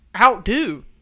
Outdo